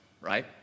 right